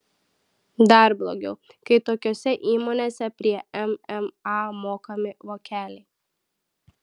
dar blogiau kai tokiose įmonėse prie mma mokami vokeliai